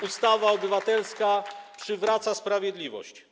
Ustawa obywatelska przywraca sprawiedliwość.